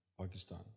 Pakistan